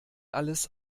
alles